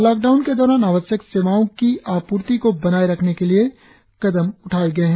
lockdown के दौरान आवश्यक सेवाओ की आपूर्ति को बनाए रखने के लिए कदम उठाए गये है